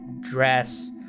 dress